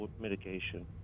mitigation